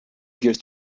figures